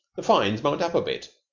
the fines mount up a bit.